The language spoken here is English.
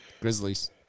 Grizzlies